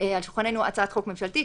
על שולחננו הצעת חוק ממשלתית,